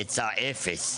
היצע אפס.